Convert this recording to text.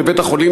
לבית-החולים,